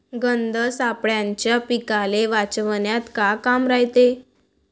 गंध सापळ्याचं पीकाले वाचवन्यात का काम रायते?